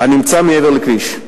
הנמצא מעבר לכביש.